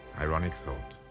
ironic thought,